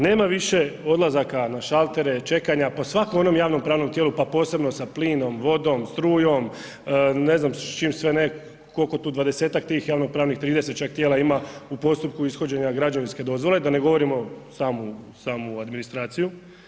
Nema više odlazaka na šaltere, čekanja, po svakom onom javnopravnom tijelu, pa posebno sa plinom, vodom, strujom, ne znam s čim sve ne, koliko tu, dvadesetak tih javnopravnih, 30 čak tijela ima u postupku ishođenja građevinske dozvole, da ne govorimo samu administraciju.